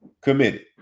committed